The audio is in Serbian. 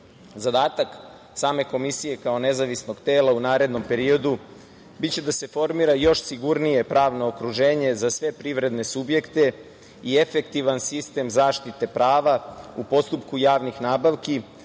nabavki. Zadatak same Komisije kao nezavisnog tela u narednom periodu biće da se formira još sigurnije pravno okruženje za sve privredne subjekte i efektivan sistem zaštite prava u postupku javnih nabavki,